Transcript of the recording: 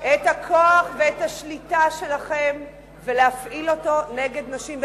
את הכוח ואת השליטה שלכם ולהפעיל אותם נגד נשים,